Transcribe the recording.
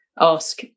ask